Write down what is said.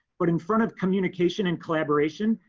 but in front of communication and collaboration,